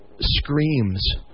screams